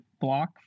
block